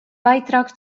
beitrag